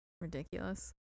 Ridiculous